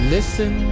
Listen